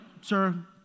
sir